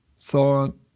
thought